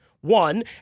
one